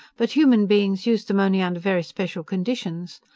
but human beings used them only under very special conditions.